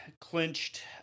clinched